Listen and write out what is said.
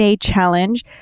challenge